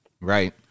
right